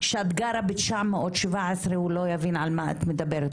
שאת גרה ב-917 הוא לא יבין על מה את מדברת,